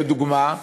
לדוגמה,